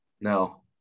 No